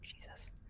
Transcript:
Jesus